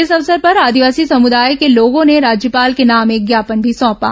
इस अवसर पर आदिवासी समुदाय के लोगों ने राज्यपाल के नाम एक ज्ञापन भी सौंपा